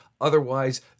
otherwise